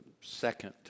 second